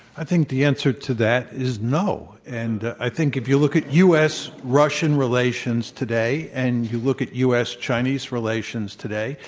i think the answer to that is no. and i think if you look at u. s. russian relations today and you look at u. s. chinese relations today,